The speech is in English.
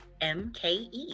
MKE